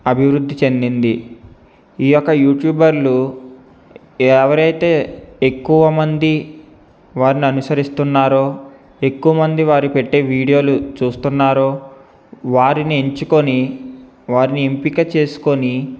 అభివృద్ధి చెందింది ఈ యొక్క యూట్యూబర్లు ఎవరైతే ఎక్కువమంది వారిని అనుసరిస్తున్నారో ఎక్కువ మంది వారు పెట్టే వీడియోలు చూస్తున్నారో వారిని ఎంచుకొని వారిని ఎంపిక చేసుకొని